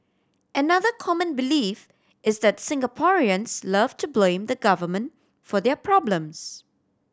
another common belief is that Singaporeans love to blame the Government for their problems